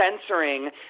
censoring